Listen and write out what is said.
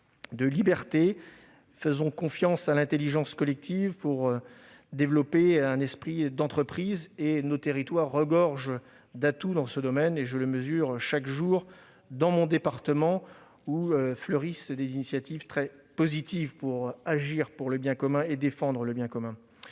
de liberté ! Faisons confiance à l'intelligence collective pour développer un esprit d'entreprise. Nos territoires regorgent d'atouts dans ce domaine. Je le mesure chaque jour dans mon département, où fleurissent des initiatives très positives pour défendre le bien commun et agir en sa faveur.